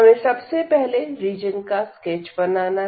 हमें सबसे पहले रीजन का स्केच बनाना है